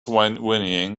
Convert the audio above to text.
whinnying